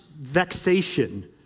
vexation